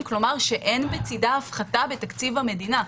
כלומר אין בצידה הפחתה בתקציב המדינה.